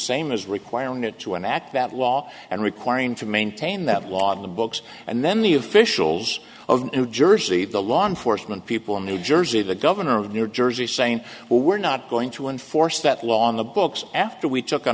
same as requiring it to an act that law and requiring to maintain that law on the books and then the officials of new jersey the law enforcement people in new jersey the governor of new jersey saying well we're not going to enforce that law on the books after we took